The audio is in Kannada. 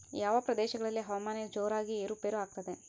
ಯಾವ ಪ್ರದೇಶಗಳಲ್ಲಿ ಹವಾಮಾನ ಜೋರಾಗಿ ಏರು ಪೇರು ಆಗ್ತದೆ?